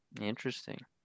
interesting